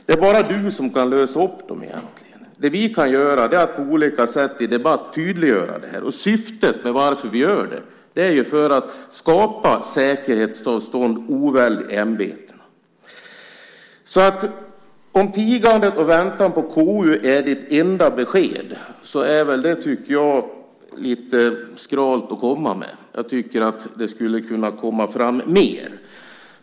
Det är bara du som kan lösa dem. Det vi kan göra är att på olika sätt i debatt tydliggöra det. Syftet är att skapa säkerhetsavstånd och oväld i ämbetena. Om tigandet och väntan på KU är ditt enda besked är det, tycker jag, lite skralt att komma med. Jag tycker att det skulle kunna komma fram mer.